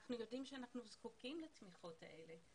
אנחנו יודעים שאנחנו זקוקים לתמיכות האלה,